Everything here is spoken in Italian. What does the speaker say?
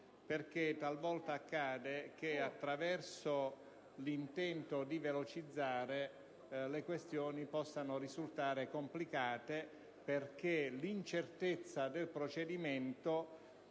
perché talvolta accade che, attraverso l'intento di velocizzare, le questioni possano risultare complicate, in quanto l'incertezza del procedimento